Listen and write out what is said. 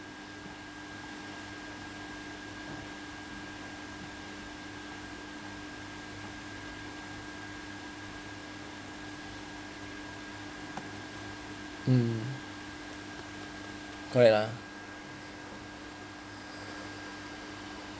mm correct lah